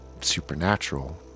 supernatural